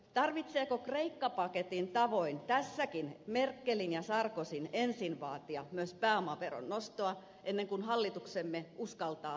tarvitseeko kreikka paketin tavoin tässäkin merkelin ja sarkozyn ensin vaatia myös pääomaveron nostoa ennen kuin hallituksemme uskaltaa tätä esittää